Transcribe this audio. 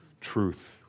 truth